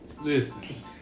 Listen